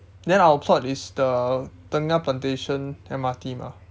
then our plot is the tengah plantation M_R_T mah